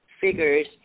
figures